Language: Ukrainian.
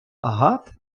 агат